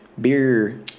Beer